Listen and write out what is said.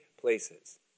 places